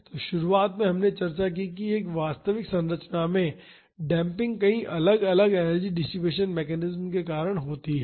तो शुरुआत में हमने चर्चा की कि एक वास्तविक संरचना में डेम्पिंग कई अलग अलग एनर्जी डिसिपेसन मैकेनिज्म के कारण होती है